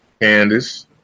Candice